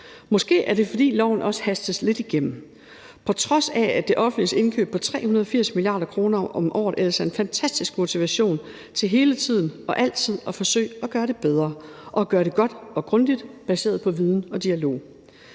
Måske er det, fordi loven også hastes lidt igennem, på trods af at det offentliges indkøb på 380 mia. kr. om året ellers er en fantastisk motivation til hele tiden og altid at forsøge at gøre det bedre og gøre det godt og grundigt, baseret på viden og dialog.